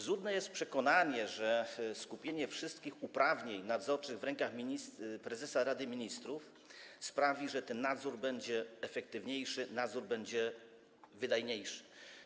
Złudne jest przekonanie, że skupienie wszystkich uprawnień nadzorczych w rękach prezesa Rady Ministrów sprawi, że ten nadzór będzie efektywniejszy, wydajniejszy.